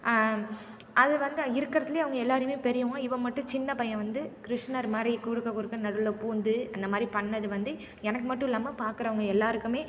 அது வந்து இருக்கிறதுலே அவங்க எல்லாருமே பெரியவங்க இவன் மட்டும் சின்ன பையன் வந்து கிருஷ்ணர் மாதிரி குறுக்க குறுக்க நடுவில் பூந்து அந்தமாதிரி பண்ணது வந்து எனக்கு மட்டும் இல்லாமல் பார்க்கிறவங்க எல்லாருக்குமே